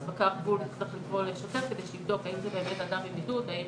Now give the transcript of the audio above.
אז פקח גבול יצטרך לקרוא לשוטר כדי שיבדוק האם זה באמת אדם בבידוד או אם